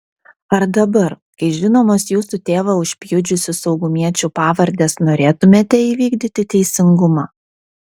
ar dabar kai žinomos jūsų tėvą užpjudžiusių saugumiečių pavardės norėtumėte įvykdyti teisingumą